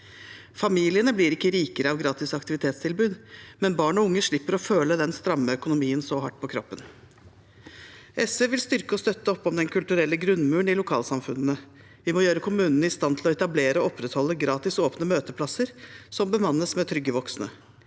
Familiene blir ikke rikere av gratis aktivitetstilbud, men barn og unge slipper å føle den stramme økonomien så hardt på kroppen. SV vil styrke og støtte opp om den kulturelle grunnmuren i lokalsamfunnene. Vi må gjøre kommunene i stand til å etablere og opprettholde gratis åpne møteplasser som bemannes med trygge voksne,